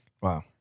Wow